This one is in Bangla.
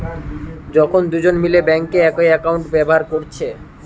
যখন দুজন মিলে বেঙ্কে একই একাউন্ট ব্যাভার কোরছে